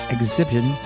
Exhibition